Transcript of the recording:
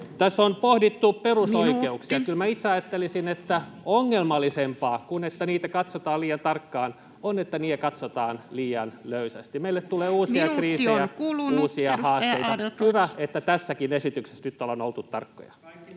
Tässä on pohdittu perusoikeuksia. [Puhemies: Minuutti!] Kyllä minä itse ajattelisin, että ongelmallisempaa kuin se, että niitä katsotaan liian tarkkaan, on se, että niitä katsotaan liian löysästi. Meille tulee [Puhemies: Minuutti on kulunut, edustaja Adlercreutz!] uusia kriisejä, uusia haasteita. Hyvä, että tässäkin esityksessä nyt ollaan oltu tarkkoja.